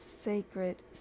sacred